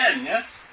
yes